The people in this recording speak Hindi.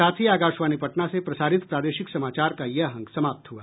इसके साथ ही आकाशवाणी पटना से प्रसारित प्रादेशिक समाचार का ये अंक समाप्त हुआ